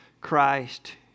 Christ